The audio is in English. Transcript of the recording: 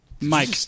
Mike